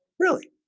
really?